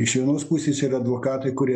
iš vienos pusės yra advokatai kurie